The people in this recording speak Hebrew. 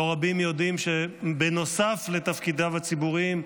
לא רבים יודעים שבנוסף לתפקידיו הציבוריים,